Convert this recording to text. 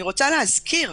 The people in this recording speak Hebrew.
אני רוצה להזכיר,